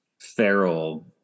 Feral